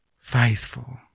faithful